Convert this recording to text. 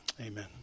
Amen